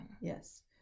Yes